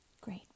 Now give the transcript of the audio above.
Great